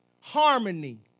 harmony